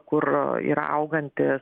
kur ir auganti